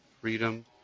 Freedom